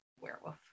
werewolf